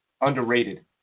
Underrated